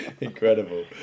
incredible